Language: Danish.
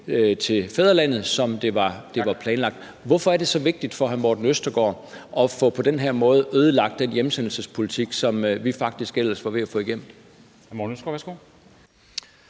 til fædrelandet, som det var planlagt. Hvorfor er det så vigtigt for hr. Morten Østergaard på den her måde at få ødelagt den hjemsendelsespolitik, som vi faktisk ellers var ved at få igennem?